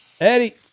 Eddie